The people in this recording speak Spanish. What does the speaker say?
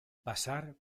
pasar